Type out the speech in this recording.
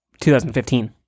2015